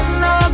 no